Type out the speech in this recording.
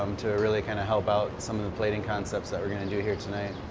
um to really kind of help out some of the plating concepts that we're going to do here tonight.